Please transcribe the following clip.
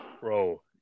bro